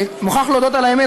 אני מוכרח להודות על האמת,